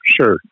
sure